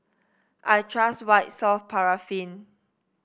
I trust White Soft Paraffin